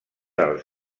dels